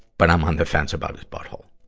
but i'm on the fence about his butthole.